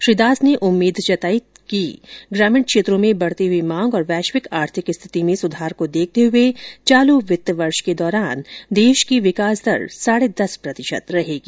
श्री दास ने उम्मीद जताई कि ग्रामीण क्षेत्रों में बढती हुई मांग और वैश्विक आर्थिक स्थिति में सुधार को देखते हए चालू वित्त वर्ष के दौरान देश की विकास दर साढे दस प्रतिशत रहेगी